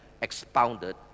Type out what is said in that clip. expounded